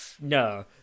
no